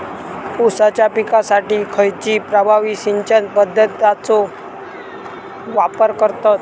ऊसाच्या पिकासाठी खैयची प्रभावी सिंचन पद्धताचो वापर करतत?